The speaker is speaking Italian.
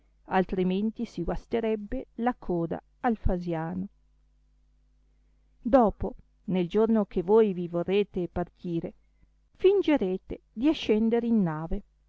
altrimenti si guasterebbe la coda al fasiano dopo nel giorno che voi vi vorrete partire fìngerete di ascender in nave